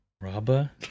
Rabba